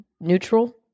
neutral